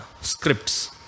scripts